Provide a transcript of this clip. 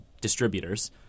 distributors